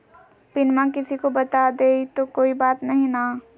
पिनमा किसी को बता देई तो कोइ बात नहि ना?